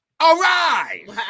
arise